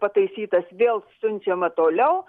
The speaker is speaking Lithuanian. pataisytas vėl siunčiama toliau